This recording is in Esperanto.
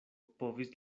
povis